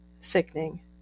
sickening